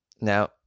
Now